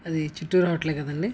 అది చిట్టూరి హోటలే కదండీ